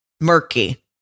murky